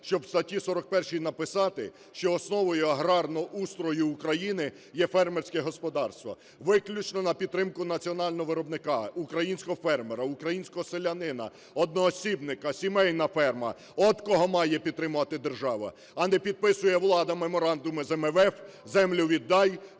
щоб в статті 41 написати, що основою аграрного устрою України є фермерське господарство, виключно на підтримку національного виробника: українського фермера, українського селянина-одноосібника. Сімейна ферма – от кого має підтримувати держава! А не підписує влада меморандуми з МВФ: землю віддай,